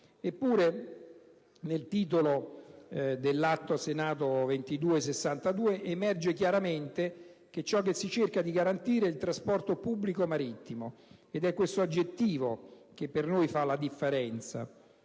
Eppure nel titolo dell'Atto Senato n. 2262, emerge chiaramente che ciò che si cerca di garantire è il trasporto pubblico marittimo. Ed è questo aggettivo che per noi fa la differenza.